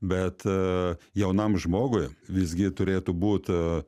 bet jaunam žmogui visgi turėtų būt